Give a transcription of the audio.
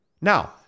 Now